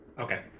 Okay